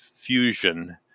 fusion